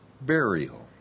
burial